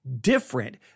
different